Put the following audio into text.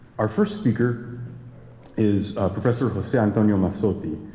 our first speaker is professor jose antonio mazzotti,